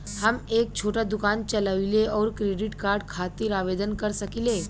हम एक छोटा दुकान चलवइले और क्रेडिट कार्ड खातिर आवेदन कर सकिले?